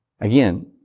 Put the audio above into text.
Again